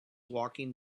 walking